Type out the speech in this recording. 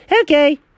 Okay